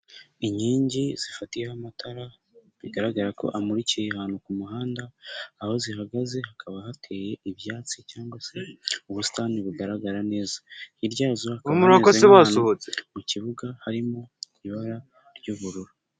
Inkingi zifatiyeho amatara, bigaragara ko amurikiye ahantu ku muhanda, aho zihagaze hakaba hateye ibyatsi cyangwa se ubusitani bugaragara neza, hirya yazo hakaba hameze nk'ahantu mu kibuga, harimo ibara ry'ubururu.